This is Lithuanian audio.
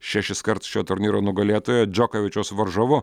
šešiskart šio turnyro nugalėtoja džokovičiaus varžovu